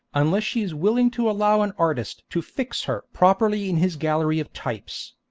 unless she is willing to allow an artist to fix her properly in his gallery of types.